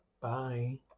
Bye